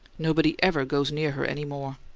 nobody ever goes near her any more